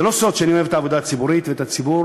זה לא סוד שאני אוהב את העבודה הציבורית ואת הציבור,